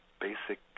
basic